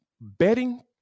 betting